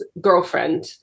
girlfriend